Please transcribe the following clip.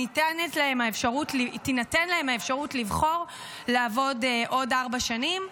תינתן להם האפשרות לבחור לעבוד עוד ארבע שנים.